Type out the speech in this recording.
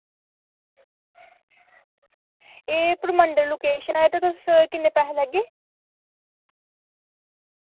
एह् परमंडल लोकेशन ऐ ते तुस किन्ने पैहे लैगे